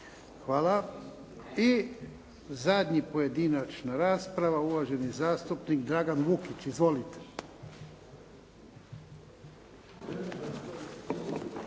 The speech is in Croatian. Hvala. I zadnja pojedinačna rasprava, uvaženi zastupnik Dragan Vukić. **Vukić,